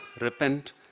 repent